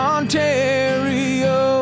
Ontario